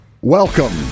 Welcome